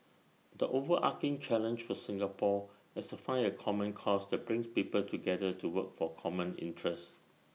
the overarching challenge for Singapore is to find A common cause that brings people together to work for common interests